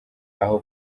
aho